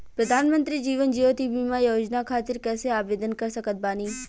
प्रधानमंत्री जीवन ज्योति बीमा योजना खातिर कैसे आवेदन कर सकत बानी?